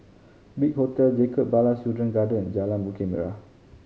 Big Hotel Jacob Ballas Children Garden Jalan Bukit Merah